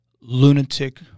lunatic